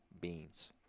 beans